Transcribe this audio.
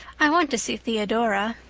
i want to see theodora.